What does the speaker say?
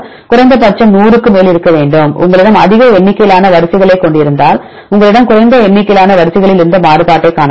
குறைந்தபட்சம் 100 க்கு மேல் இருக்க வேண்டும் உங்களிடம் அதிக எண்ணிக்கையிலான வரிசை களைக் கொண்டிருந்தால் உங்களிடம் குறைந்த எண்ணிக்கையிலான வரிசைகளில் இந்த மாறுபாட்டை காணலாம்